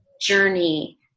journey